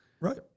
Right